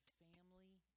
family